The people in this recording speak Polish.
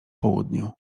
południu